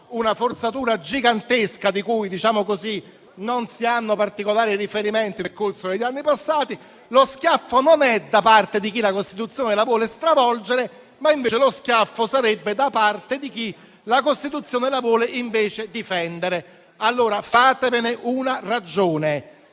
una forzatura gigantesca di cui non si hanno particolari riferimenti nel corso degli anni passati. Lo schiaffo non è da parte di chi la Costituzione la vuole stravolgere, ma sarebbe invece da parte di chi la Costituzione la vuole difendere. Fatevene una ragione: